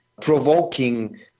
provoking